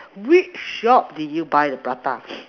which shop did you buy the prata